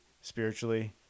spiritually